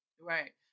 Right